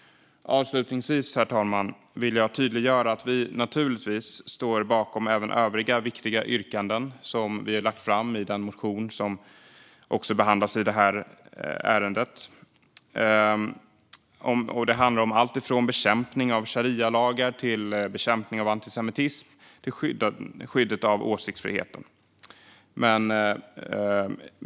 Avslutningsvis, herr talman, vill jag tydliggöra att vi naturligtvis står bakom även övriga viktiga yrkanden som vi har gjort i den motion som också behandlas i detta ärende. Det handlar om alltifrån bekämpning av sharialagar och antisemitism till skyddet av åsiktsfriheten.